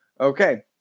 Okay